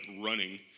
running